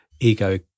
ego